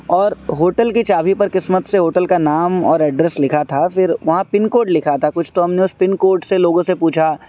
اور ہوٹل کی چابی پر قسمت سے ہوٹل کا نام اور ایڈریس لکھا تھا پھر وہاں پن کوڈ لکھا تھا کچھ تو ہم نے اس پن کوڈ سے لوگوں سے پوچھا